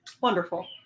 Wonderful